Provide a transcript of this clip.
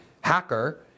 hacker